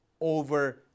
over